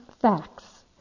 facts